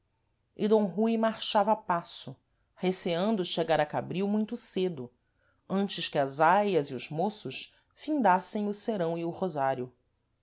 d rui marchava a passo receando chegar a cabril muito cedo antes que as aias e os moços findassem o serão e o rosário